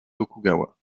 tokugawa